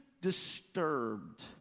disturbed